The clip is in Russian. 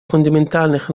фундаментальных